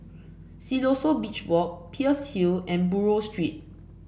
Siloso Beach Walk Peirce Hill and Buroh Street